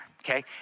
okay